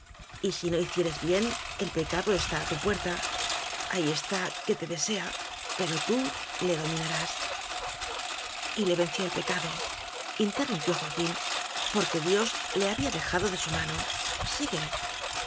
y si no hicieres bien el pecado está a tu puerta ahí está que te desea pero tú le dominarás y le venció el pecadointerrumpió joa quínporque diqs le había dejado de su mano sigue